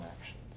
actions